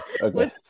Okay